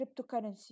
cryptocurrency